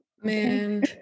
Man